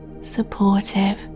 supportive